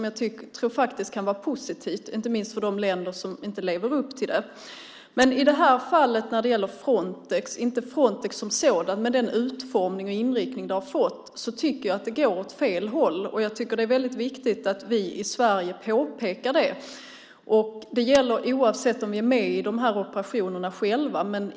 Det tycker jag kan vara positivt, inte minst med tanke på de länder som inte lever upp till det. Men i det här fallet, inte Frontex som sådant utan den utformning och den inriktning det har fått, tycker jag att det går åt fel håll. Jag tycker att det är viktigt att vi i Sverige påpekar det, och det gäller oavsett om vi är med i de här operationerna själva eller inte.